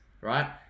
Right